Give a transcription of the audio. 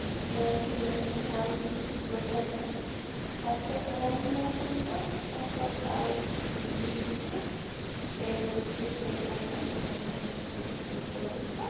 کیٛازِ کہِ مےٚ ٲس نہٕ پَیی تِم کِتھ پٲٹھۍ چھِ رَنان پَتہٕ رَنہِ مےٚ تِم تہٕ تَمہِ پَتہٕ آیہِ دی دی تہٕ تٔمۍ ووٚن کِتھ پٲٹھۍ رٔنِتھ مےٚ دوٚپَس یِتھ کٔنۍ یِتھ کٔنۍ کوٚرُم تہٕ